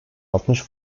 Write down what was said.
altmış